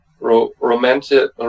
romantic